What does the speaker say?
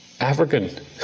African